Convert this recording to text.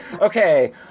Okay